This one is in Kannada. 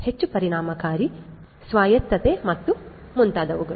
ಹೆಚ್ಚು ಪರಿಣಾಮಕಾರಿ ಸ್ವಾಯತ್ತತೆ ಮತ್ತು ಮುಂತಾದವುಗಳು